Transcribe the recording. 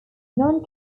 non